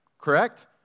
Correct